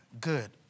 good